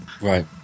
Right